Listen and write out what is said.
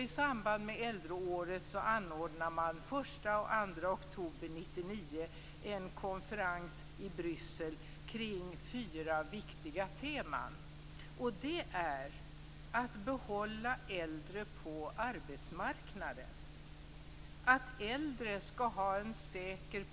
I samband med äldreåret anordnar man en konferens i Bryssel den 1-2 oktober 1999 kring fyra viktiga teman.